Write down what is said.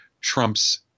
Trump's